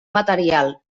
material